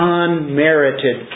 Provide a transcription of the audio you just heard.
unmerited